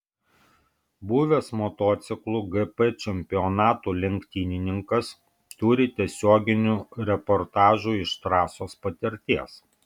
buvęs motociklų gp čempionatų lenktynininkas turi tiesioginių reportažų iš trasos patirties